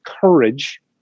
courage